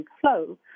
flow